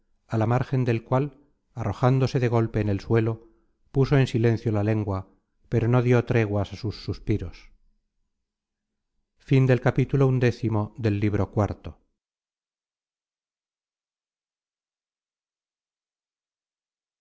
á la márgen del cual arrojándose de golpe en el suelo puso en silencio la lengua pero no dió treguas á sus suspiros ull capítulo xii donde se